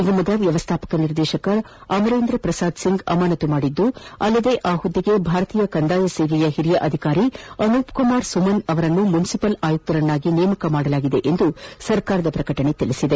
ನಿಗಮದ ವ್ಯವಸ್ಥಾಪಕ ನಿರ್ದೇಶಕ ಅಮರೇಂದ್ರ ಪ್ರಸಾದ್ ಸಿಂಗ್ ಅಮಾನತ್ತು ಮಾಡಿದ್ದು ಅಲ್ಲದೆ ಆ ಹುದ್ದೆಗೆ ಭಾರತೀಯ ಕಂದಾಯ ಸೇವೆಯ ಹಿರಿಯ ಅಧಿಕಾರಿ ಅನೂಪ್ ಕುಮಾರ್ ಸುಮನ್ ಅವರನ್ನು ಮುನ್ಲಿಪಲ್ ಆಯುಕ್ತರನ್ನಾಗಿ ನೇಮಕ ಮಾಡಲಾಗಿದೆ ಎಂದು ಸರ್ಕಾರದ ಪ್ರಕಟಣೆ ತಿಳಿಸಿದೆ